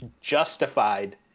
justified